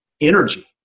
energy